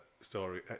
story